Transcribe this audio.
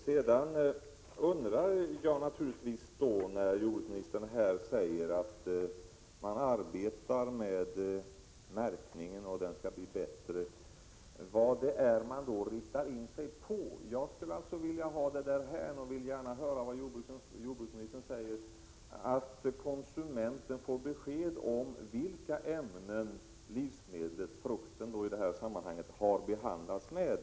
Sedan undrar jag självfallet — jordbruksministern säger ju här att man arbetar med märkningen och att denna skall bli bättre — vad man då inriktar sig på. Jag skulle således vilja höra vad jordbruksministern har att säga om önskemålet att konsumenten skall få besked om vilka ämnen livsmedlet — i det här sammanhanget frukten — har behandlats med.